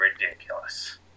ridiculous